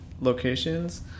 locations